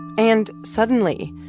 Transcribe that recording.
and suddenly,